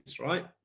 right